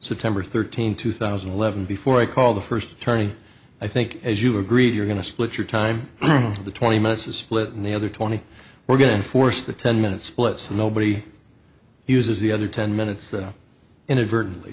september thirteenth two thousand and eleven before i call the first attorney i think as you've agreed you're going to split your time the twenty minutes is split in the other twenty we're going to enforce the ten minute splits and nobody uses the other ten minutes inadvertently